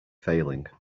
failing